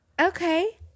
okay